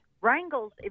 wrangles